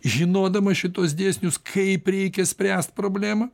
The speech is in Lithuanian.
žinodamas šituos dėsnius kaip reikia spręst problemą